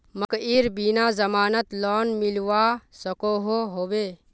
मकईर बिना जमानत लोन मिलवा सकोहो होबे?